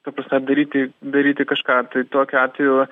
ta prasme daryti daryti kažką tai tokiu atveju